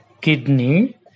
kidney